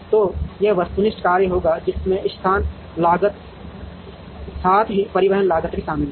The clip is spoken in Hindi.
तो यह वस्तुनिष्ठ कार्य होगा जिसमें स्थान लागत साथ ही परिवहन लागत भी शामिल है